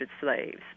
slaves